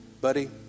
buddy